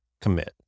commit